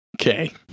Okay